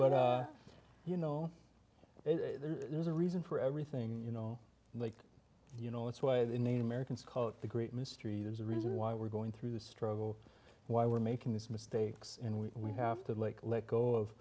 but you know there's a reason for everything you know like you know it's why the native americans call it the great mystery there's a reason why we're going through the struggle why we're making this mistakes and we have to let go of